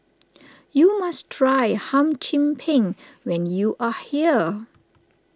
you must try Hum Chim Peng when you are here